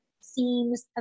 seems